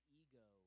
ego